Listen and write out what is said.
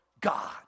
God